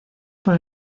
por